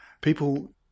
People